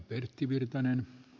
arvoisa puhemies